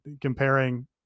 comparing